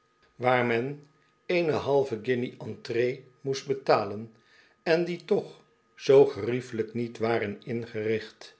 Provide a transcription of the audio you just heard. handel drijet eene halve guinje entree moest betalen en die toch zoo geriefelijk niet waren ingericht